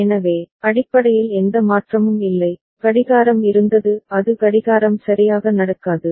எனவே அடிப்படையில் எந்த மாற்றமும் இல்லை கடிகாரம் இருந்தது அது கடிகாரம் சரியாக நடக்காது